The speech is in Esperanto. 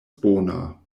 bona